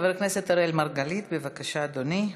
חבר הכנסת אראל מרגלית, בבקשה, אדוני.